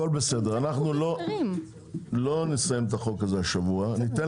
אנחנו לא נסיים את החוק הזה השבוע כי ניתן